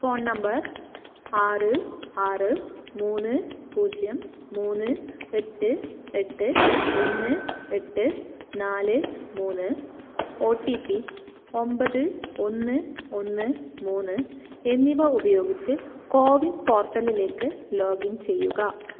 phone number ആറ് ആറ് മൂന്ന് പൂജ്യം മൂന്ന് എട്ട് എട്ട് ഒന്ന് എട്ട് നാല് മൂന്ന് ഒ ടി പി ഒമ്പത് ഒന്ന് ഒന്ന് മൂന്ന് എന്നിവ ഉപയോഗിച്ച് കോവിൻ പോർട്ടലിലേക്ക് ലോഗിൻ ചെയ്യുക